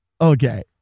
okay